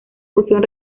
fusión